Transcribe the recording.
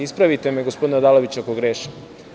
Ispravite me gospodine Odaloviću ako grešim.